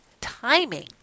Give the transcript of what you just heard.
timing